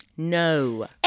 No